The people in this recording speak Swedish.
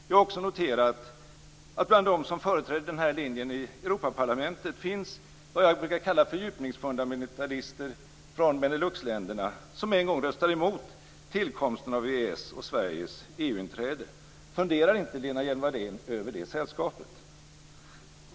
Jag har också noterat att bland dem som företräder den här linjen i Europaparlamentet finns vad jag brukar kalla fördjupningsfundamentalister från Beneluxländerna, som en gång röstade emot tillkomsten av EES och Sveriges EU-inträde. Funderar inte Lena Hjelm-Wallén över det sällskapet?